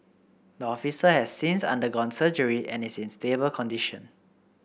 the officer has since undergone surgery and is in stable condition